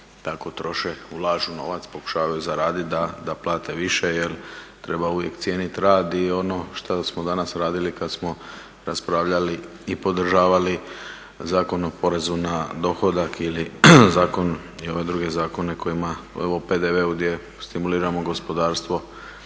tako troše, ulažu novac, pokušavaju zaraditi da plate više jer treba uvijek cijeniti rad i ono što smo danas radili kad smo raspravljali i podržavali Zakon o porezu na dohodak i ove druge zakone o PDV-u kojima stimuliramo gospodarstvo